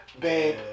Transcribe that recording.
babe